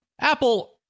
Apple